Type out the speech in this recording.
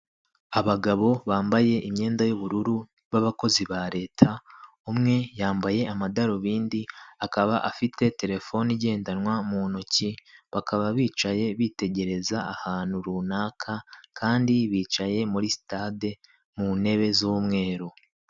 Abagabo bambaye imyenda y'ubururu b'abakozi ba leta umwe yambaye amadarubindi akaba afite terefone igendanwa mu ntoki, bakaba bicaye bitegereza ahantu runaka kandi bicaye muri sitade mu ntebe z'umweru.